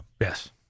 Yes